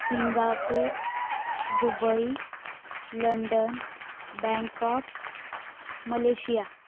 Singapore Dubai London Bangkok Malaysia